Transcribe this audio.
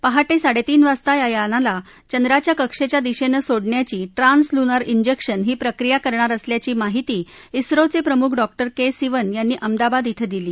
पहाटे साडेतीन वाजता या यानाला चंद्राच्या कक्षेच्या दिशेनं सोडण्याची ट्रान्स लुनार इंजेक्शन ही प्रक्रिया करणार असल्याची माहिती इस्रोचे प्रमुख डॉक्टर के सिवन यांनी अहमदाबाद इथं दिली